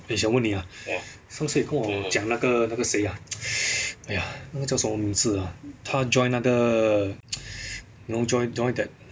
想问你啊 first aid 跟我讲那个谁啊 !aiya! 那个叫什么名字 ah 他 join 那个 you know join join that